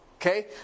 Okay